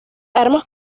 armas